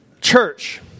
church